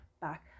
back